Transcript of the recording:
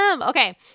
Okay